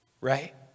Right